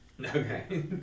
Okay